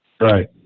Right